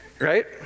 right